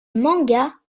manga